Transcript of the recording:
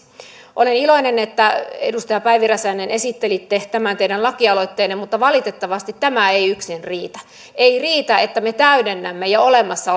olen iloinen edustaja päivi räsänen että esittelitte tämän teidän lakialoitteenne mutta valitettavasti tämä ei yksin riitä ei riitä että me täydennämme jo olemassa